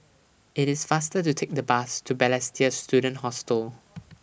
IT IS faster to Take The Bus to Balestier Student Hostel